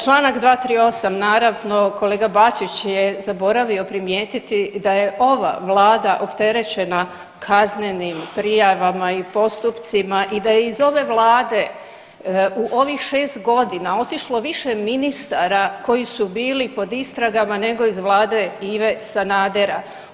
Čl. 238. naravno kolega Bačić je zaboravio primijetiti da je ova vlada opterećena kaznenim prijavama i postupcima i da iz ove vlade u ovih šest godina otišlo više ministara koji su bili pod istragama nego iz vlade Ive Sanadera.